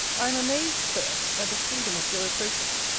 i am amazed, sir, at the freedom of your reproaches.